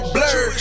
Blur